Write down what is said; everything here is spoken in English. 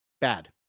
bad